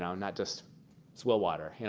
not just swill water.